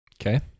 Okay